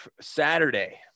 Saturday